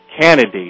candidate